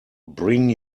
bring